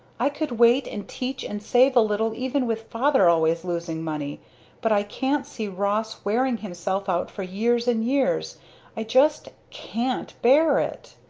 i could wait and teach and save a little even with father always losing money but i can't see ross wearing himself out for years and years i just can't bear it!